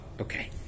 Okay